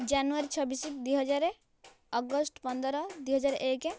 ଜାନୁଆରୀ ଛବିଶ ଦୁଇ ହଜାର ଅଗଷ୍ଟ ପନ୍ଦର ଦୁଇ ହଜାର ଏକ